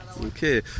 Okay